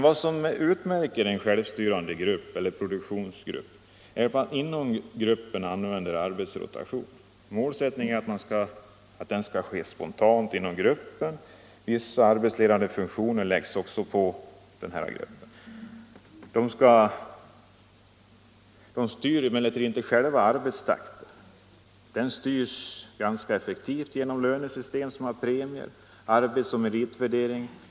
Vad som utmärker en självstyrande grupp eller en produktionsgrupp är att man inom gruppen tilllämpar arbetsrotation. Målsättningen är att den skall ske spontant inom grupperna. Vissa arbetsledande funktioner läggs på grupperna. Gruppen själv styr emellertid inte arbetstakten. Den styrs ganska effektivt genom lönesystem som har premier, arbets och meritvärdering.